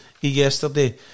yesterday